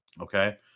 Okay